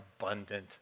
abundant